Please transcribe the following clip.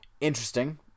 interesting